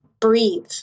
breathe